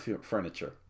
furniture